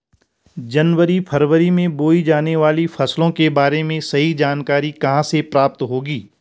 जनवरी फरवरी में बोई जाने वाली फसलों के बारे में सही जानकारी कहाँ से प्राप्त होगी?